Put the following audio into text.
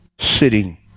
sitting